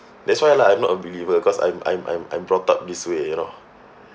that's why lah I'm not a believer cause I'm I'm I'm I'm brought up this way you know